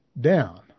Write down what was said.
down